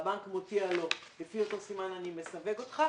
והבנק מודיע לו: לפי אותו סימן אני מסווג אותך,